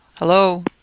Hello